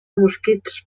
mosquits